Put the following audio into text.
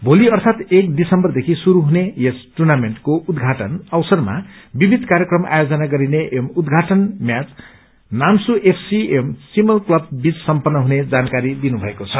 मोसी अर्थात एक दिसम्बरदेखि श्रुस हुने यस टुर्नामेन्टको उद्याटन अवसरमा विविध कार्यक्रम आयोजन गरिने एवं उद्याटन म्याष नाम्सु एफ सी एवं चिमल क्लव बीच सम्पन्न हुने जानकारी दिनुभएको छ